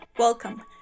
Welcome